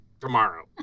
tomorrow